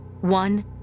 one